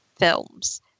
films